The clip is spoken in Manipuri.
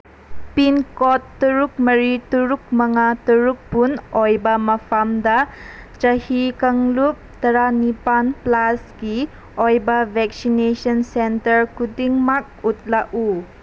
ꯄꯤꯟꯀꯣꯠ ꯇꯔꯨꯛ ꯃꯔꯤ ꯇꯔꯨꯛ ꯃꯉꯥ ꯇꯔꯨꯛ ꯐꯨꯟ ꯑꯣꯏꯕ ꯃꯐꯝꯗ ꯆꯍꯤ ꯀꯥꯡꯂꯨꯞ ꯇꯔꯥꯅꯤꯄꯥꯟ ꯄ꯭ꯂꯁꯀꯤ ꯑꯣꯏꯕ ꯚꯦꯛꯁꯤꯅꯦꯁꯟ ꯁꯦꯟꯇꯔ ꯈꯨꯗꯤꯡꯃꯛ ꯎꯠꯂꯛꯎ